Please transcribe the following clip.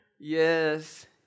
Yes